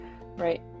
right